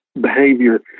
behavior